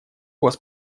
вас